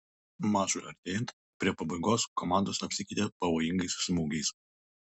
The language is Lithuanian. mačui artėjant prie pabaigos komandos apsikeitė pavojingais smūgiais